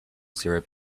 syrup